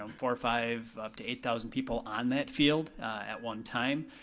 um four or five, up to eight thousand people on that field at one time.